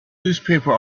newspaper